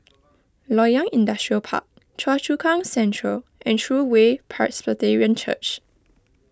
Loyang Industrial Park Choa Chu Kang Central and True Way Presbyterian Church